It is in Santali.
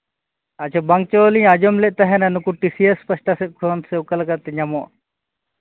ᱟᱪᱪᱷᱟ ᱵᱟᱝ ᱪᱚᱞᱤᱧ ᱟᱸᱡᱚᱢ ᱞᱮᱫ ᱛᱟᱦᱮᱱᱟ ᱱᱩᱠᱩ ᱴᱤ ᱥᱤ ᱮᱥ ᱯᱟᱥᱴᱷᱟ ᱠᱷᱚᱱ ᱚᱠᱟ ᱞᱮᱠᱟᱛᱮ ᱧᱟᱢᱚᱜ